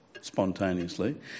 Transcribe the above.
spontaneously